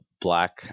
black